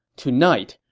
tonight,